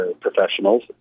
professionals